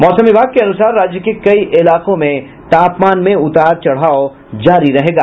मौसम विभाग के अनुसार राज्य के कई इलाकों में तापमान में उतार चढ़ाव जारी रहेगा